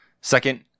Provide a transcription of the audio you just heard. second